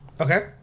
Okay